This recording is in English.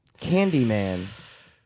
Candyman